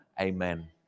amen